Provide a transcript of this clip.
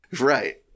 Right